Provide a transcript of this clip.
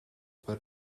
par